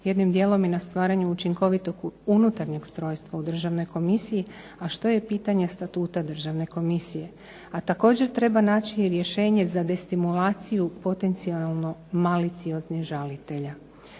jednim dijelom i na stvaranju učinkovitog unutarnjeg ustrojstva u Državnoj komisiji, a što je pitanje Statuta Državne komisije. A također treba naći i rješenje za destimulaciju potencijalno malicioznih žalitelja.